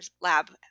lab